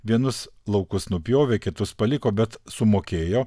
vienus laukus nupjovė kitus paliko bet sumokėjo